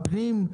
הפנים,